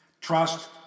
trust